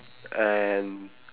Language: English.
and